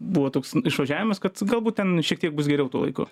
buvo toks išvažiavimas kad galbūt ten šiek tiek bus geriau tuo laiku